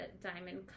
diamond